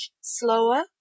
slower